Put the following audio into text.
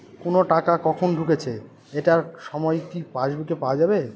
কোনো টাকা কখন ঢুকেছে এটার সময় কি পাসবুকে পাওয়া যাবে?